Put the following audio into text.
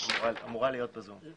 שזה ממש לא העניין שלך וזה לא הנושא שלך.